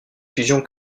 fusion